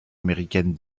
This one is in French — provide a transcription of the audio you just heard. américaine